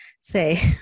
say